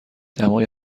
دمای